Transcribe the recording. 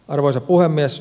arvoisa puhemies